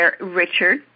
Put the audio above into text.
Richard